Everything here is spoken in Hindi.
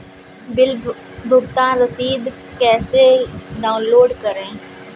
बिल भुगतान की रसीद कैसे डाउनलोड करें?